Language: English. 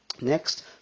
Next